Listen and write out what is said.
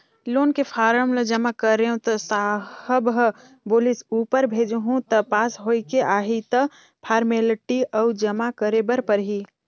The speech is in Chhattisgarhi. लोन के फारम ल जमा करेंव त साहब ह बोलिस ऊपर भेजहूँ त पास होयके आही त फारमेलटी अउ जमा करे बर परही